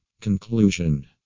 Conclusion